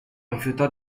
rifiutò